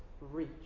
reach